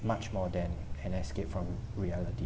much more than an escape from reality